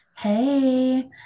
Hey